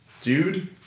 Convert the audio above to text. dude